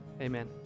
Amen